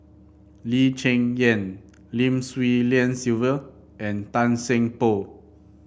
Lee Cheng Yan Lim Swee Lian Sylvia and Tan Seng Poh